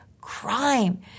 crime